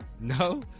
No